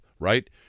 right